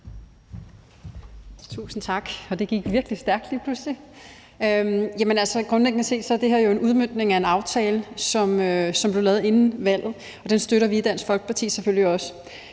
Tusind tak. Det gik virkelig stærkt lige pludselig. Grundlæggende set er det her jo en udmøntning af en aftale, som blev lavet inden valget, og den støtter vi selvfølgelig også